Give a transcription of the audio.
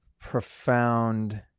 profound